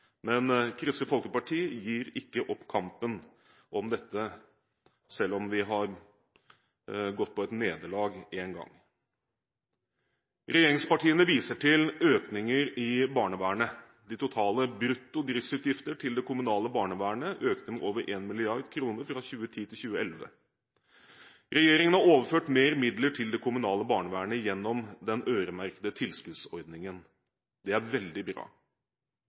men Kristelig Folkeparti gir ikke opp kampen for dette, selv om vi har gått på et nederlag én gang. Regjeringspartiene viser til økninger i barnevernet. De totale brutto driftsutgifter til det kommunale barnevernet økte med over 1 mrd. kr fra 2010 til 2011. Regjeringen har overført mer midler til det kommunale barnevernet gjennom den øremerkede tilskuddsordningen. Det er veldig bra,